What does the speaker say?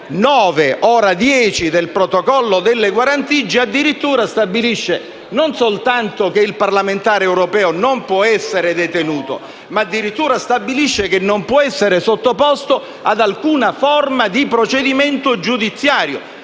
10, ora 9, del protocollo sui privilegi e sulle immunità stabilisce non soltanto che il parlamentare europeo non può essere detenuto, ma addirittura stabilisce che non può essere sottoposto ad alcuna forma di procedimento giudiziario.